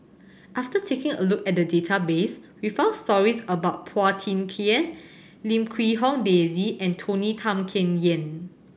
after taking a look at the database we found stories about Phua Thin Kiay Lim Quee Hong Daisy and Tony Tan Keng Yam